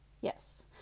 Yes